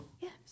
Yes